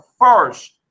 first